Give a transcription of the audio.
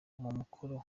mukoro